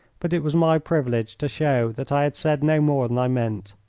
but it was my privilege to show that i had said no more than i meant.